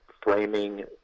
framing